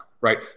right